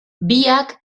biak